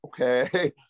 okay